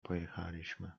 pojechaliśmy